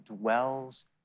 dwells